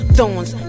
Thorns